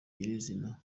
nyir’izina